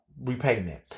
repayment